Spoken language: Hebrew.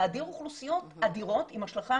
-- להדיר אוכלוסיות אדירות עם השלכה